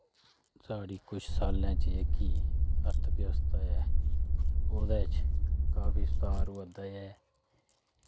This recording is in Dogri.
साढ़ी कुश साल्लें च जेह्की अर्थव्यवस्था ऐ ओह्दे च काफ़ी सुधार होआ दा ऐ